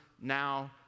now